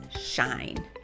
shine